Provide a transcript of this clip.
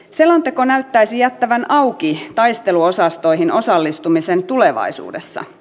selonteko näyttäisi jättävän auki taisteluosastoihin osallistumisen tulevaisuudessa